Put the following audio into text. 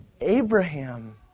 Abraham